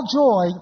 joy